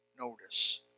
notice